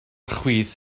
chwith